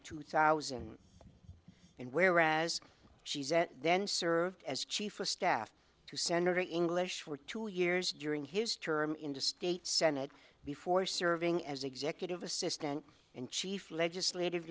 two thousand and whereas she then served as chief of staff to send over english for two years during his term in the state senate before serving as executive assistant and chief legislative